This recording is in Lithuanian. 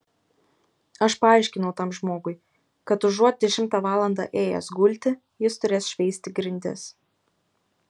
aš paaiškinau tam žmogui kad užuot dešimtą valandą ėjęs gulti jis turės šveisti grindis